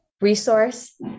resource